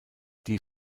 die